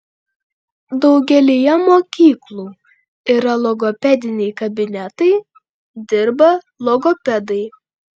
daugelyje mokyklų yra logopediniai kabinetai dirba logopedai